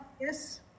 Yes